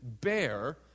bear